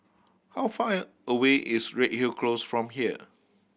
how far away is Redhill Close from here